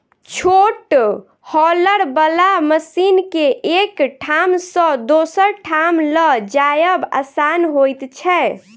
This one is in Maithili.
छोट हौलर बला मशीन के एक ठाम सॅ दोसर ठाम ल जायब आसान होइत छै